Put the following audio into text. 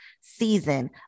season